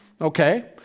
Okay